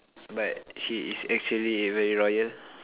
but she is actually very royal